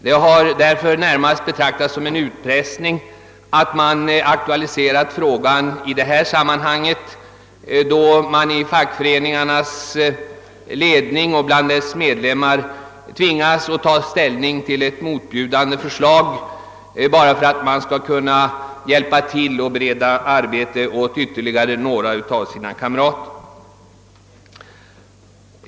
Det har därför närmast uppfattats som en utpressning att bolaget aktualiserat frågan i detta sammanhang, eftersom det innebär att man i fackföreningarnas ledning och bland medlemmarna tvingas att ta ställning till ett motbjudande förslag bara för att man skall kunna hjälpa till att bereda arbete åt ytterligare några av sina kamrater.